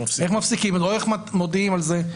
איך מודיעים על זה?